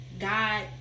god